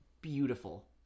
beautiful